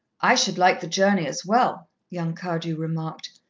i should like the journey as well, young cardew remarked.